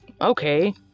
Okay